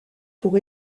pour